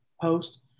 post